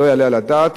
לא יעלה על הדעת